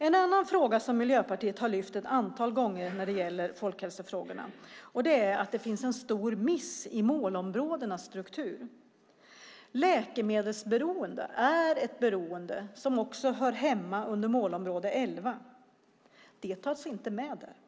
En annan fråga som Miljöpartiet har lyft fram ett antal gånger när det gäller folkhälsofrågorna är att det finns en stor miss i målområdenas struktur. Läkemedelsberoende är ett beroende som också hör hemma under målområde 11. Det finns inte med där.